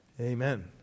Amen